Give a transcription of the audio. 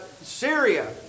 Syria